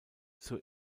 zur